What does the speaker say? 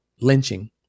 lynching